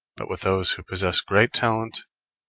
but with those who possess great talent,